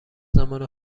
زمان